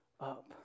up